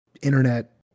internet